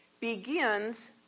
begins